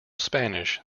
spanish